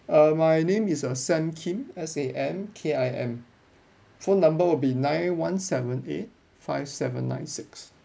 err my name is uh sam kim S A m K I M phone number will be nine one seven eight five seven nine six